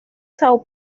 sao